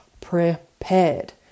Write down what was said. prepared